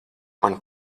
man